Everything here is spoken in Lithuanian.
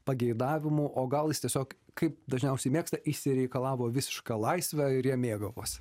pageidavimų o gal jis tiesiog kaip dažniausiai mėgsta išsireikalavo visišką laisvę ir ja mėgavosi